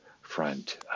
front